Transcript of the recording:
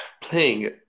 playing